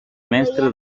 mestre